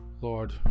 Lord